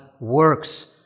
works